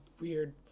weird